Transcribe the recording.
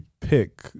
pick